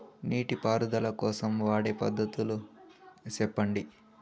నీటి పారుదల కోసం వాడే పద్ధతులు సెప్పండి?